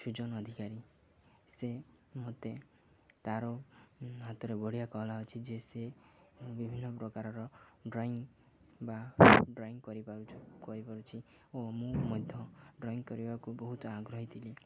ସୁଜନ ଅଧିକାରୀ ସେ ମୋତେ ତା'ର ହାତରେ ବଢ଼ିଆ କଳା ଅଛି ଯେ ସେ ବିଭିନ୍ନ ପ୍ରକାରର ଡ୍ରଇଂ ବା ଡ୍ରଇଂ କରିପାରୁଛି କରିପାରୁଛି ଓ ମୁଁ ମଧ୍ୟ ଡ୍ରଇଂ କରିବାକୁ ବହୁତ ଆଗ୍ରହୀ ଥିଲି